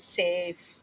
safe